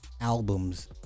albums